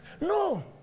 No